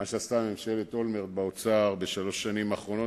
על מה שעשתה ממשלת אולמרט באוצר בשלוש השנים האחרונות.